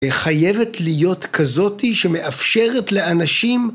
וחייבת להיות כזאתי שמאפשרת לאנשים.